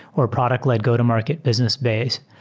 or product let-go to market business base,